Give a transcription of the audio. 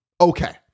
Okay